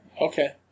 okay